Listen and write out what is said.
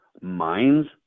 minds